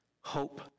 hope